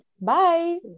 Bye